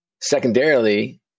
Secondarily